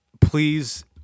please